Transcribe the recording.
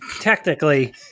technically